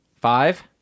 five